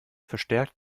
verstärkt